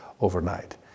overnight